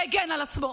שהגן על עצמו